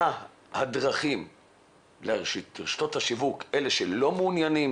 מה קורה ברשתות השיווק, אלה שלא מעוניינות